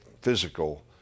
physical